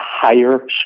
higher